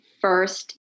first